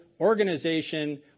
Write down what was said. organization